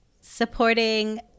supporting